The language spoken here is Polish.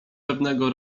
pewnego